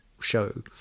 show